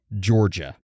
Georgia